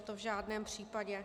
To v žádném případě.